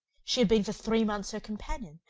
she had been for three months her companion,